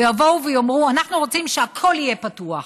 יבואו ויאמרו: אנחנו רוצים שהכול יהיה פתוח,